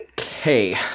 Okay